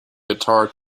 guitar